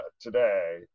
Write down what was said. today